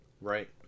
Right